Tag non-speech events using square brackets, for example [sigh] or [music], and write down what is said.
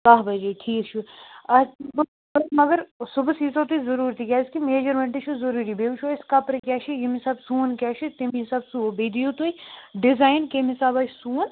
کاہ بَجے ٹھیٖک چھُ ٲں [unintelligible] مگر صُبحس ییٖزیٛو تُہۍ ضُروٗر تِکیٛازِکہِ میجَرمیٚنٛٹ چھُ ضروٗری بیٚیہِ وُچھو أسۍ کَپرٕ کیٛاہ چھُ ییٚمہِ حِساب سُوُن کیٛاہ چھِ تٔمے حِساب سُوو بیٚیہِ دِیو تُہۍ ڈِزایِن کَمہِ حِساب آسہِ سُوُن